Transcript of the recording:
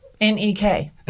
N-E-K